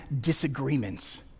disagreements